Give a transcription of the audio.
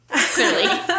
clearly